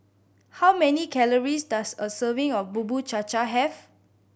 how many calories does a serving of Bubur Cha Cha have